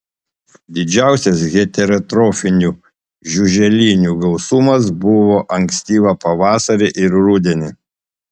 didžiausias heterotrofinių žiuželinių gausumas buvo ankstyvą pavasarį ir rudenį